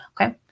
Okay